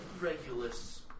Regulus